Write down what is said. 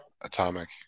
Atomic